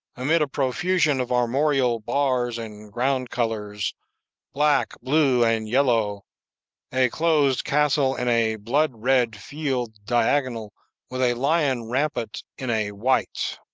amid a profusion of armorial bars and ground-colors black, blue, and yellow a closed castle in a blood red field diagonal with a lion rampant in a white.